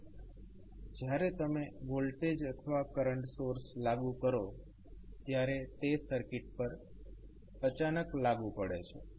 તો જ્યારે તમે વોલ્ટેજ અથવા કરંટ સોર્સ લાગુ કરો ત્યારે તે સર્કિટ પર અચાનક લાગુ પડે છે